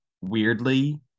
weirdly